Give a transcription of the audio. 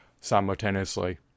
simultaneously